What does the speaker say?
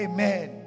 Amen